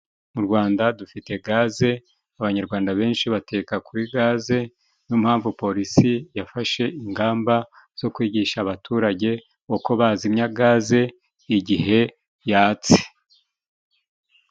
Mu Rwanda dufite gaze, abanyarwanda benshi bateka kuri gaze, niyo mpamvu polisi yafashe ingamba zo kwigisha abaturage, uko bazimya gaze igihe yatse